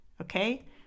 Okay